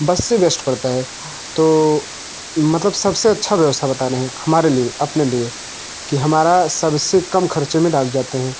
बस से बेस्ट पड़ता है तो मतलब सब से अच्छी व्यवस्था बता रहे हैं हमारे लिए अपने लिए कि हमारा सब से कम ख़र्चे में डाक जाते हैं